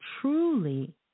truly